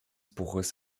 buches